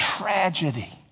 tragedy